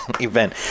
event